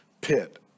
pit